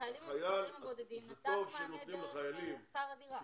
לחיילים הבודדים נתנו מענה דרך שכר הדירה.